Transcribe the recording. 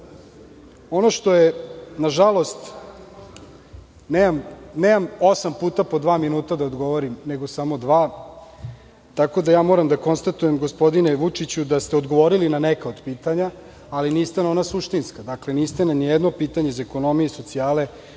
snage. Nažalost, nemam osam puta po dva minuta da odgovorim nego samo dva, tako da moram da konstatujem gospodine Vučiću da ste odgovorili na neka od pitanja ali niste na ona suštinska. Dakle, niste odgovorili ni na jedno pitanje iz ekonomije i socijale,